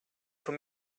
for